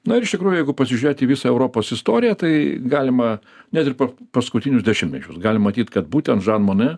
na ir iš tikrųjų jeigu pasižiūrėt į visą europos istoriją tai galima net ir paskutinius dešimtmečius galim manyt kad būtent žan mone